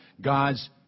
God's